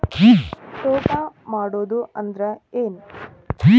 ತೋಟ ಮಾಡುದು ಅಂದ್ರ ಏನ್?